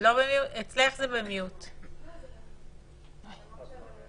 שזה יום שהרבה מהאנשים לא עובדים,